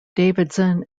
davidson